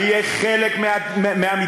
ויהיה חלק מהמתווה,